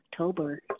October